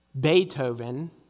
Beethoven